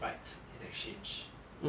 bites in exchange